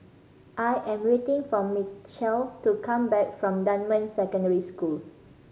I am waiting for Mechelle to come back from Dunman Secondary School